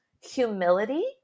Humility